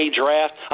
draft